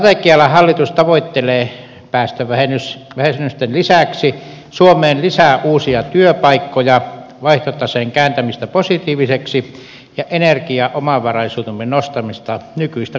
tällä strategialla hallitus tavoittelee päästövähennysten lisäksi suomeen lisää uusia työpaikkoja vaihtotaseen kääntämistä positiiviseksi ja energiaomavaraisuutemme nostamista nykyistä korkeammalle tasolle